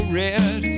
red